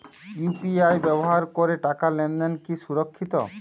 UPI ব্যবহার করে টাকা লেনদেন কি সুরক্ষিত?